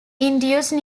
induced